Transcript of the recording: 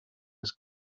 was